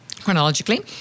chronologically